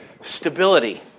stability